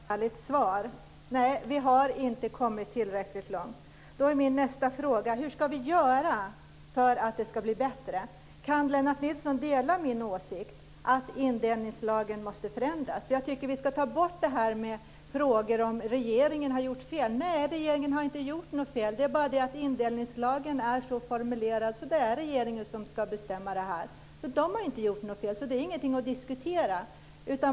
Fru talman! Tack så mycket, Lennart Nilsson. Det var ett ärligt svar. Nej, vi har inte kommit tillräckligt långt. Min nästa fråga är hur vi ska göra för att det ska bli bättre. Kan Lennart Nilsson dela min åsikt att indelningslagen måste förändras? Jag tycker att vi ska ta bort frågan om regeringen har gjort fel. Regeringen har inte gjort något fel. Men indelningslagen är så formulerad att regeringen ska bestämma. Regeringen har inte gjort något fel. Det är ingenting att diskutera.